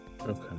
Okay